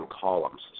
columns